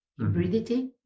Hybridity